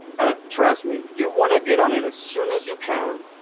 and trust me, you want to get on it as soon as you can.